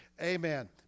Amen